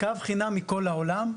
קו חינם מכל העולם,